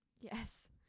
Yes